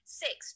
six